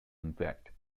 infect